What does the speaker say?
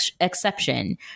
exception